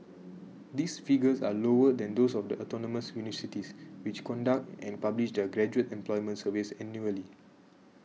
these figures are lower than those of the autonomous universities which conduct and publish their graduate employment surveys annually